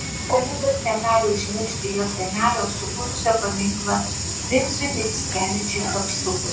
kolegos negali užmiršti jo senelio sukūrusio paminklą vincui mickevičiui kapsukui